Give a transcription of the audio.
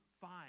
fine